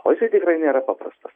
o jisai tikrai nėra paprastas